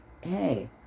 hey